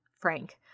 Frank –